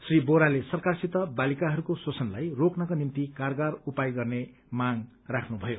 श्री बोहराले सरकारसित बालिकाहरूको शोषणलाई रोक्नको निम्ति कारगर उपाय गर्ने माग गर्नुभयो